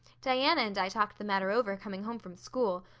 diana and i talked the matter over coming home from school.